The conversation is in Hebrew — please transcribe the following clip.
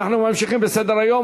אנו ממשיכים בסדר-היום.